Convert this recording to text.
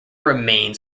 remains